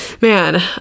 Man